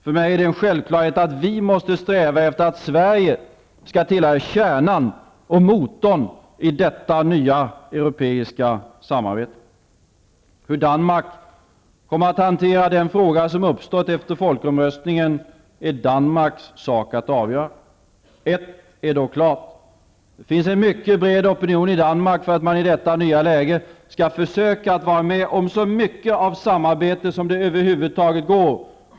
För mig är det en självklarhet att vi måste sträva efter att Sverige skall tillhöra kärnan och motorn i detta nya europeiska samarbete. Hur Danmark kommer att hantera den fråga som uppstått efter folkomröstningen är det Danmarks sak att avgöra. Ett är dock klart: det finns en mycket bred opinion i Danmark för att man i detta nya läge skall försöka att vara med om så mycket av samarbetet som över huvud taget går.